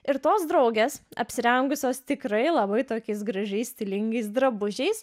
ir tos draugės apsirengusios tikrai labai tokiais gražiais stilingais drabužiais